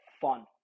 fun